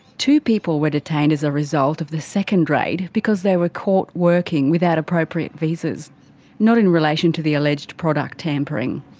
two people were detained as a result of the second raid because they were caught working without appropriate visas not in relation to the alleged product tampering.